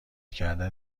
کردن